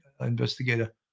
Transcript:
investigator